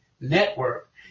network